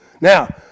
Now